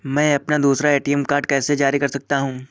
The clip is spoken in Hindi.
मैं अपना दूसरा ए.टी.एम कार्ड कैसे जारी कर सकता हूँ?